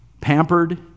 pampered